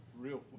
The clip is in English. real